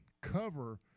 cover